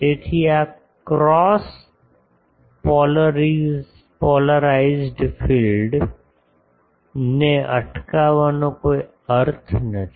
તેથી આ cross polarised ફિલ્ડને અટકાવવાનો કોઈ અર્થ નથી